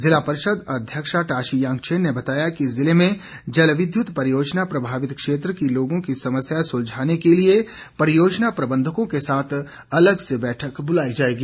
ज़िला परिषद अध्यक्षा टॉशी यांगचैन ने बताया कि ज़िले में जलविद्युत परियोजना प्रभावित क्षेत्र के लोगों की समस्याएं सुलझाने के लिए परियोजना प्रबंधकों के साथ अलग से बैठक बुलाई जाएगी